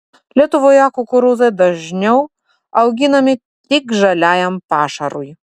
lietuvoje kukurūzai dažniau auginami tik žaliajam pašarui